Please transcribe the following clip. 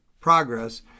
progress